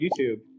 YouTube